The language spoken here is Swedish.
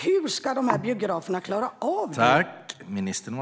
Hur ska dessa biografer klara av detta?